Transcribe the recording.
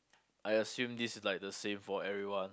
I assume this is like the same for everyone